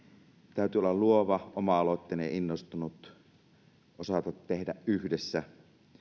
täytyy olla luova oma aloitteinen ja innostunut osata tehdä yhdessä